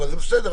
אבל בסדר,